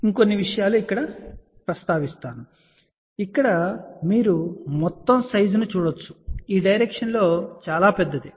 మరికొన్ని విషయాలు నేను ఇక్కడ ప్రస్తావించాలనుకుంటున్నాను ఇక్కడ మీరు మొత్తం సైజ్ ను చూడవచ్చు ఈ డైరెక్షన్ లో చాలా పెద్దది